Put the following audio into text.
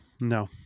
No